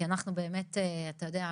כי אנחנו באמת אתה יודע,